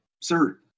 sir